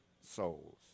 souls